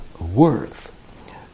worth